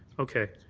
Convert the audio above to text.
okay.